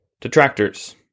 Detractors